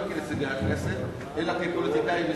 כנציגי הכנסת אלא כפוליטיקאים ישראלים.